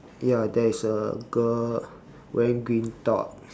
ya there is a girl wearing green top